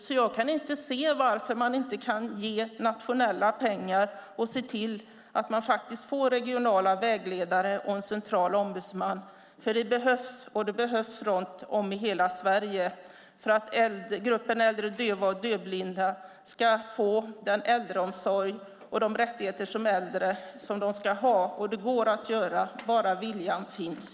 Jag kan alltså inte förstå varför man inte kan ge nationella pengar och se till att man får regionala vägledare och en central ombudsman. Det behövs, och det behövs runt om i hela Sverige, för att gruppen äldre döva och dövblinda ska få den äldreomsorg och de rättigheter som äldre som de ska ha. Det går att göra bara viljan finns.